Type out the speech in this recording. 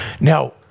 Now